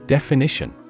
Definition